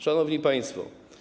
Szanowni Państwo!